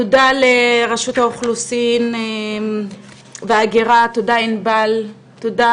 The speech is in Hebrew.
תודה לרשות האוכלוסין וההגירה, תודה עינבל, תודה